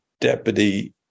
deputy